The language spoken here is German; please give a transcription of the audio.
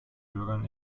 bürgern